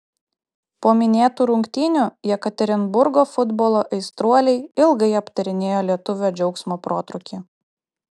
po minėtų rungtynių jekaterinburgo futbolo aistruoliai ilgai aptarinėjo lietuvio džiaugsmo protrūkį